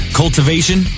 cultivation